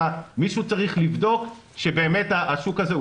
אלא מישהו צריך לבדוק שבאמת השוק הזה הוא